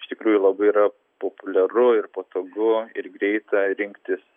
iš tikrųjų labai yra populiaru ir patogu ir greita rinktis